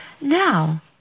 Now